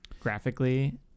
graphically